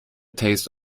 taste